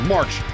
March